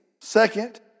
Second